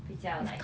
比较 like